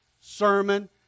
sermon